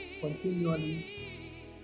Continually